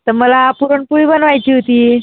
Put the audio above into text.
तर मला पुरणपोळी बनवायची होती